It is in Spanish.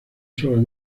sola